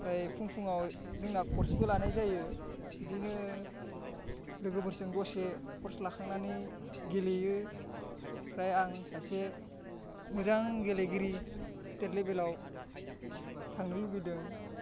ओमफ्राय फुं फुङाव जोंना कर्सबो लानाय जायो बिदिनो लोगोफोरजों दसे कर्स लाखांनानै गेलेयो ओमफ्राय आं सासे मोजां गेलेगिरि स्टेट लेभेलआव थांनो लुबैदों